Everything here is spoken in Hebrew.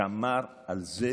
שמר על זה